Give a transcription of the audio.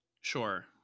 Sure